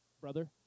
brother